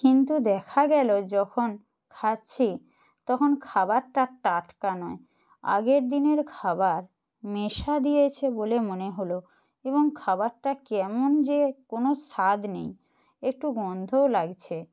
কিন্তু দেখা গেলো যখন খাচ্ছি তখন খাবারটা টাটকা নয় আগের দিনের খাবার মেশা দিয়েছে বলে মনে হলো এবং খাবারটা কেমন যে কোনো স্বাদ নেই একটু গন্ধও লাগছে